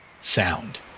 sound